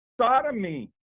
sodomy